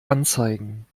anzeigen